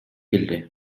келди